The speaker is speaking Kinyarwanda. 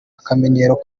akamenyero